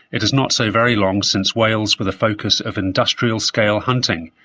it is not so very long since whales were the focus of industrial-scale hunting,